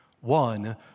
One